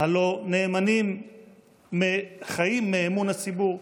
הלוא חיים מאמון הציבור,